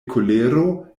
kolero